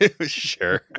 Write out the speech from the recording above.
Sure